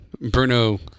Bruno